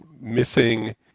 missing